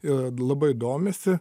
ir labai domisi